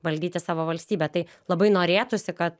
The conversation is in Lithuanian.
valdyti savo valstybę tai labai norėtųsi kad